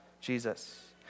Jesus